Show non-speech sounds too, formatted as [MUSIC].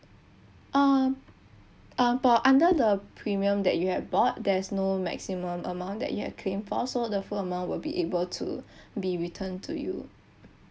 um for under the premium that you have bought there is no maximum amount that you have claimed for so the full amount will be able to [BREATH] be returned to you